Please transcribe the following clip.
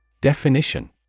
Definition